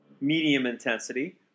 medium-intensity